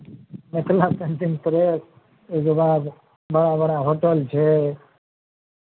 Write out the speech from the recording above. Mithila painting press ओहिके बाद बड़ा बड़ा होटल छै